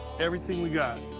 everything we got.